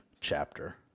chapter